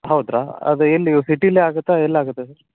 ಹೌದಾ ಅದು ಎಲ್ಲಿ ಸಿಟಿಲ್ಲೇ ಆಗತ್ತಾ ಎಲ್ಲಿ ಆಗತ್ತೆ ಸರ್